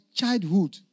childhood